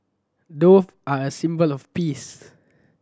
dove are a symbol of peace